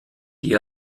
die